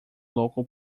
local